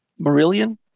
Marillion